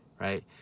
right